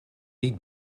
niet